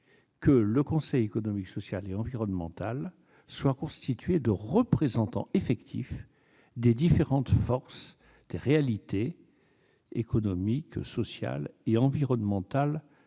que le Conseil économique, social et environnemental soit constitué de représentants effectifs des différentes forces économiques, sociales et environnementales